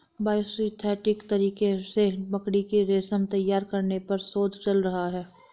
biosynthetic तरीके से मकड़ी के रेशम तैयार करने पर शोध चल रहा है